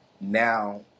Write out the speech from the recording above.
now